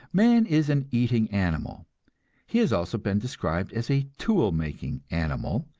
man is an eating animal he has also been described as a tool-making animal,